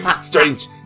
Strange